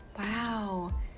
wow